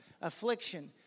affliction